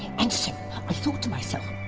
and ah thought to myself,